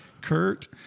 Kurt